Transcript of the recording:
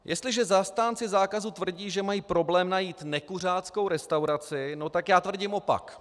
Jestliže zastánci zákazu tvrdí, že mají problém najít nekuřáckou restauraci, tak já tvrdím opak.